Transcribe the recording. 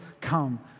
come